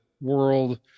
world